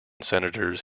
senators